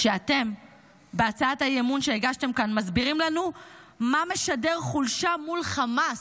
כשאתם בהצעת האי-אמון שהגשתם כאן מסבירים לנו מה משדר חולשה מול חמאס,